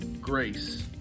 Grace